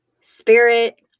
spirit